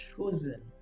chosen